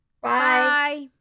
Bye